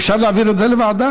אפשר להעביר את זה לוועדה?